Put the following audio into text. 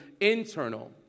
internal